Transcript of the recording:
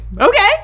Okay